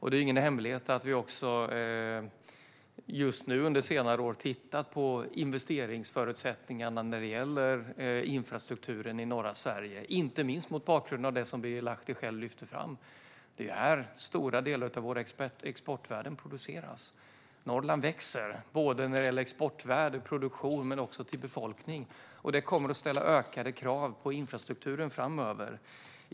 Det är ingen hemlighet att vi också just nu under senare år har tittat på investeringsförutsättningarna när det gäller infrastrukturen i norra Sverige, inte minst mot bakgrund av det som Birger Lahti själv lyfter fram att det är här som stora delar av våra exportvärden produceras. Norrland växer både när det gäller exportvärde och produktion och när det gäller befolkning. Det kommer att ställa ökade krav på infrastrukturen framöver.